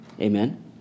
Amen